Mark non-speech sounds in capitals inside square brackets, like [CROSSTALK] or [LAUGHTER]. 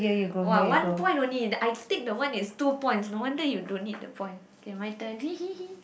!wah! one point only I take the one is two point no wonder you don't need the point K my turn [LAUGHS]